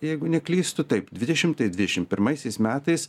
jeigu neklystu taip dvidešimtais dvidešim pirmaisiais metais